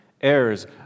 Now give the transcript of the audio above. heirs